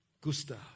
Gustav